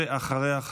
ואחריה,